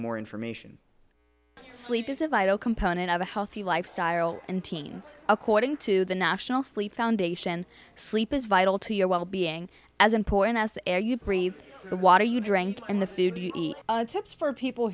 more information sleep is a vital component of a healthy lifestyle and teens according to the national sleep foundation sleep is vital to your well being as important as the air you breathe the water you drink and the food you eat the tips for people